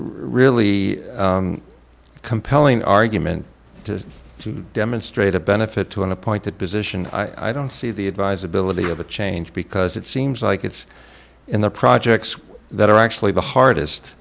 really compelling argument to demonstrate a benefit to an appointed position i don't see the advisability of a change because it seems like it's in the projects that are actually the hardest